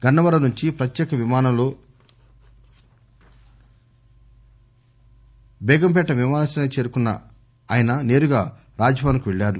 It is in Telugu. గన్న వరం నుంచి ప్రత్యేక విమానంలో బేగంపేట విమానాశ్రయానికి చేరుకున్న ఆయన నేరుగా రాజ్భవన్కు పెల్లారు